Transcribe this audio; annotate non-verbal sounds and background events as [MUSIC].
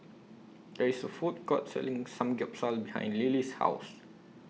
There IS A Food Court Selling [UNINTELLIGIBLE] behind Lillie's House